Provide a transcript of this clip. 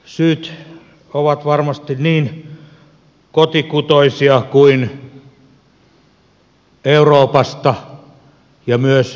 syyt ovat varmasti niin kotikutoisia kuin euroopasta ja myös yhdysvalloista tulleita